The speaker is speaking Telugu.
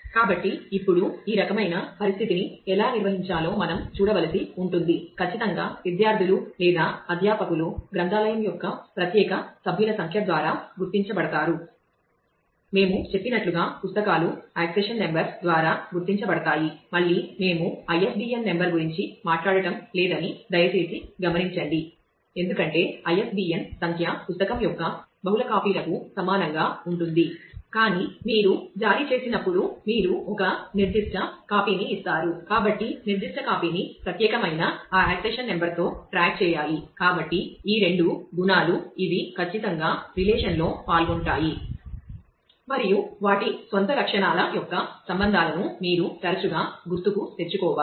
కాబట్టి ఇప్పుడు ఈ రకమైన పరిస్థితిని ఎలా నిర్వహించాలో మనం చూడవలసి ఉంటుంది ఖచ్చితంగా విద్యార్థులు లేదా అధ్యాపకులు గ్రంథాలయం యొక్క ప్రత్యేక సభ్యుల సంఖ్య ద్వారా గుర్తించబడతారు మేము చెప్పినట్లుగా పుస్తకాలు ఆక్సిషన్ నెంబర్లో పాల్గొంటాయి మరియు వాటి స్వంత లక్షణాల యొక్క సంబంధాలను మీరు తరచుగా గుర్తుకు తెచ్చుకోవాలి